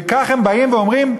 וכך, הם באים ואומרים: